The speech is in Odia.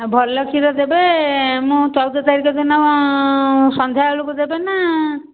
ଆଉ ଭଲ କ୍ଷୀର ଦେବେ ମୁଁ ଚଉଦ ତାରିଖ ଦିନ ସନ୍ଧ୍ୟା ବେଳକୁ ଦେବେ ନା